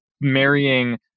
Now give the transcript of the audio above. marrying